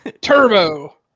Turbo